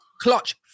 Clutch